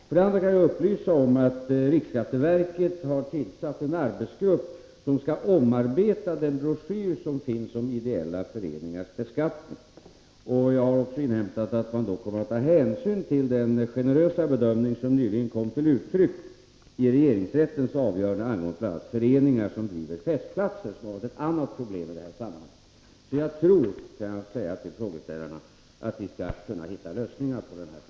Vidare kan jag upplysa om att riksskatteverket har tillsatt en arbetsgrupp som skall omarbeta broschyren om ideella föreningars beskattning. Jag har inhämtat att man då kommer att ta hänsyn till den generösa bedömning som nyligen kom till uttryck i regeringsrättens avgörande angående vissa föreningar som driver en festplats. Det är ett annat problem i det här sammanhanget. Jag vill säga till frågeställarna att jag tror att vi skall kunna hitta en lösning på frågan.